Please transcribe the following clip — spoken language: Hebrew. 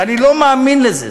ואני לא מאמין לזה,